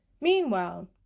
Meanwhile